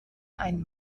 ein